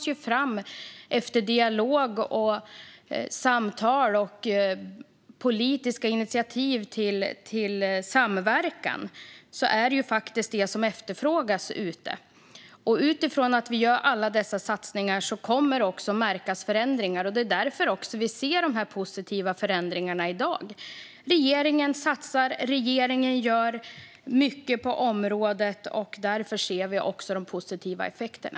De tas fram efter dialog, samtal och politiska initiativ till samverkan. Och eftersom vi gör alla dessa satsningar kommer det att märkas att det leder till förändringar. Det är också därför vi ser de positiva förändringarna i dag. Regeringen satsar och gör mycket på området. Därför ser vi också de positiva effekterna.